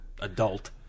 adult